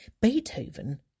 Beethoven